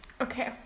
Okay